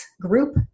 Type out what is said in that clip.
group